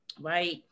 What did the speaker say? right